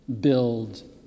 Build